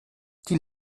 die